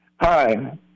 Hi